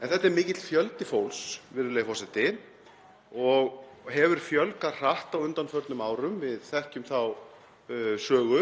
Þetta er mikill fjöldi fólks, virðulegi forseti, og hefur þeim fjölgað hratt á undanförnum árum, við þekkjum þá sögu